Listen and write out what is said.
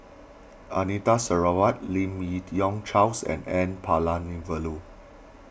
Anita Sarawak Lim Yi Yong Charles and N Palanivelu